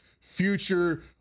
future